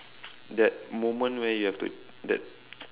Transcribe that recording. that moment where you have to that